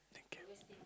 thank you